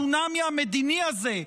הצונאמי המדיני הזה,